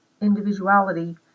individuality